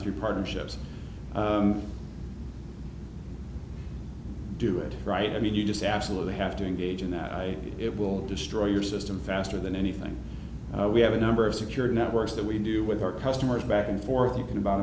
through partnerships do it right and you just absolutely have to engage in that i mean it will destroy your system faster than anything we have a number of security networks that we do with our customers back and forth you can about